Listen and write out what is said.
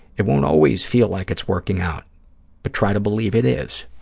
it won't always feel like it's working out but try to believe it is.